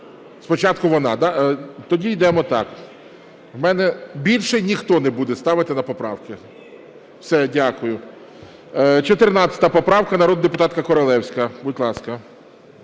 Спочатку вона, да? Тоді йдемо так. Більше ніхто не буде ставити поправки? Все, дякую. 14 поправка, народна депутатка Королевська. Будь ласка.